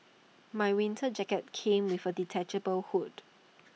my winter jacket came with A detachable hood